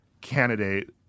candidate